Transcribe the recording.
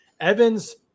Evans